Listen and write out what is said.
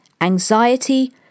Anxiety